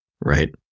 right